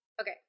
Okay